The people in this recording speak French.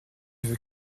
veux